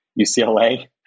UCLA